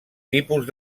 tipus